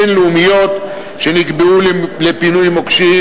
הבין-לאומיות שנקבעו לפינוי מוקשים,